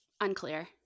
unclear